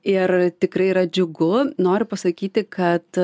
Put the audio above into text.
ir tikrai yra džiugu noriu pasakyti kad